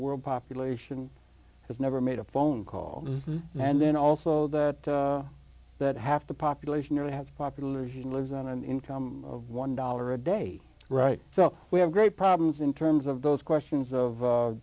world population has never made a phone call and then also that that half the population have popular he lives on an income of one dollar a day right so we have great problems in terms of those questions of